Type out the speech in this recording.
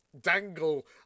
dangle